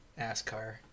nascar